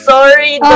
Sorry